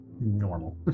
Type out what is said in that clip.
normal